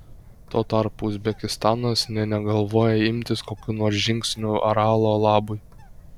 tuo tarpu uzbekistanas nė negalvoja imtis kokių nors žingsnių aralo labui